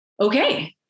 okay